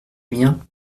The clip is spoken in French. miens